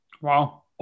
Wow